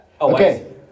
Okay